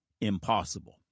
impossible